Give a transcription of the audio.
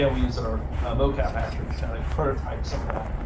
yeah we used our mocap actor to kind of prototype some of that,